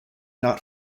not